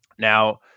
Now